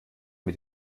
mit